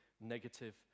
negative